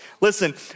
Listen